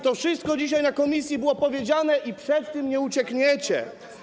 To wszystko dzisiaj na posiedzeniu komisji było powiedziane i przed tym nie uciekniecie.